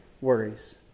worries